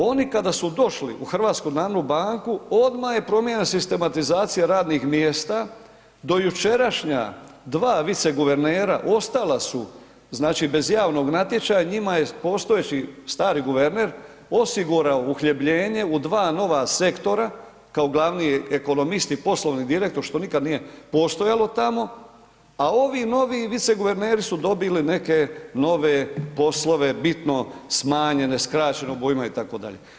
Oni kada su došli u HNB odmah je promijenjena sistematizacija radnih mjesta, do jučerašnja dva viceguvernera, ostala su bez javnog natječaja, njima je postojeći stari guverner osigurao uhljebljenje u dva nova sektora, kao glavni ekonomist i poslovni direktor što nikada nije postojalo tamo, a ovi novi viceguverneri su dobili neke nove poslove, bitno smanjene skraćenog obujma itd.